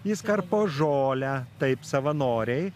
jis karpo žolę taip savanoriai